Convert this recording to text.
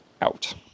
out